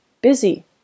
busy